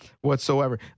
whatsoever